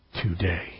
today